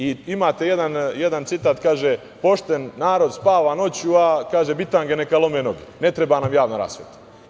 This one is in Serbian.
Imate jedan citat - Pošten narod spava noću a bitange neka lome noge, ne treba nam javna rasveta.